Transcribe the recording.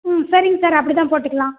ம் சரிங்க சார் அப்படி தான் போட்டுக்கலாம்